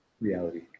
reality